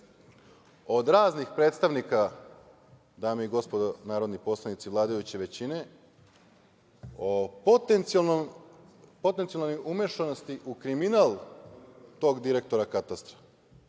od raznih predstavnika, dame i gospodo, narodni poslanici vladajuće većine o potencijalnoj umešanosti u kriminal tog direktora Katastra.